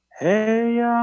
Hey